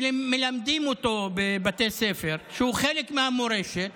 שמלמדים עליו בבתי ספר, שהוא חלק מהמורשת,